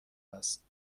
است